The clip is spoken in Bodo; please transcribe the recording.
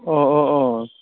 अ अ अ